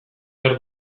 behar